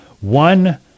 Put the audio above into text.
one